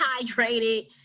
hydrated